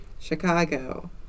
Chicago